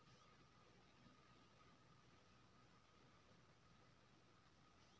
बीया रोपनी सँ कटनी तक खाद पानि केर बेवस्था करय परय छै